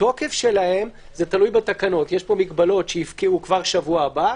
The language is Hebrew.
התוקף שלהן תלוי בתקנות יש פה מגבלות שיפקעו כבר בשבוע הבא,